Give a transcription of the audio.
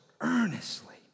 earnestly